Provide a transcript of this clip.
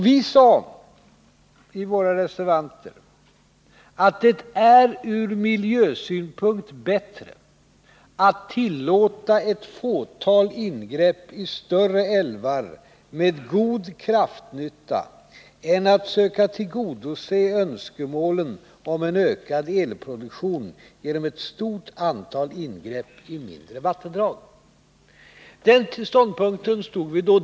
Vi sade i våra reservationer att det från miljösynpunkt är bättre att tillåta ett fåtal ingrepp i större älvar med god kraftnytta än att söka tillgodose önskemålen om en ökad elproduktion genom ett stort antal ingrepp i mindre vattendrag. Den ståndpunkten hade vi då.